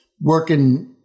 working